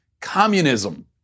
Communism